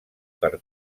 per